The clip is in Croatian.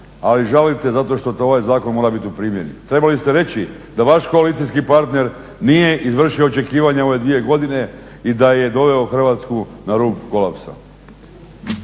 ali žalite zato što ovaj zakon mora biti u primjeni. Trebali ste reći da vaš koalicijski partner nije izvršio očekivanja u ove dvije godine i da je doveo Hrvatsku na rub kolapsa.